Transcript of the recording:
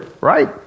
right